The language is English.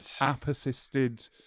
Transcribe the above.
app-assisted